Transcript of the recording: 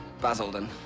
Basildon